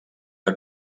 que